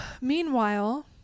meanwhile